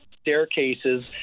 staircases